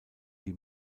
die